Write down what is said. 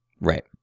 right